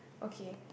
okay